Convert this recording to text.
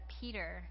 Peter